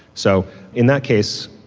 so in that case,